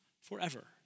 forever